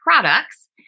products